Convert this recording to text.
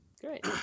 Great